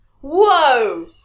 Whoa